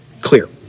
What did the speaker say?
clear